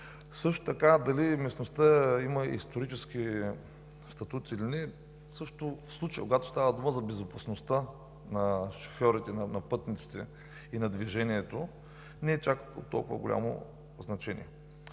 Също така дали местността има исторически статут или не – в случая, когато става дума за безопасността на шофьорите, на пътниците и на движението, не е от чак толкова голямо значение.